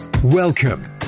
Welcome